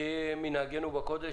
כמנהגנו בקודש,